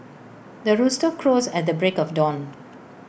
the rooster crows at the break of dawn